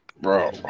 bro